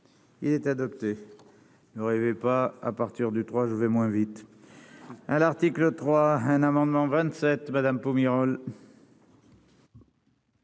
il est adopté. Vous rêvez pas à partir du 3 je vais moins vite à l'article 3 un amendement 27 Madame Pomerol.